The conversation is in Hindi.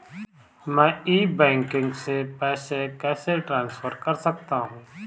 मैं ई बैंकिंग से पैसे कैसे ट्रांसफर कर सकता हूं?